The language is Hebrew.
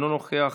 אינו נוכח,